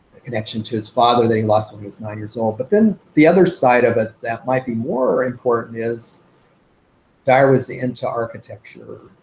connection to his father that he lost when he was nine years old. but then the other side of it that might be more important is dyar was into architecture.